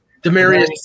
demarius